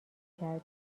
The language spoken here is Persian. کردم